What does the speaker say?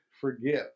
forgive